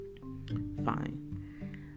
Fine